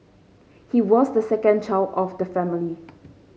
he was the second child of the family